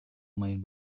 made